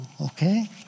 Okay